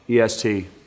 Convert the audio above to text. EST